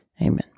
Amen